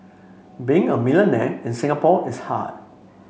being a millionaire in Singapore is hard